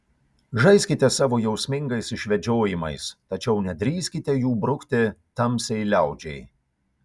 žaiskite savo jausmingais išvedžiojimais tačiau nedrįskite jų brukti tamsiai liaudžiai